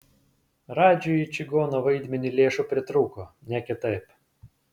radžiui į čigono vaidmenį lėšų pritrūko ne kitaip